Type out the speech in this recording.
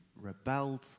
rebelled